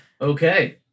Okay